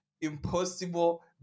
impossible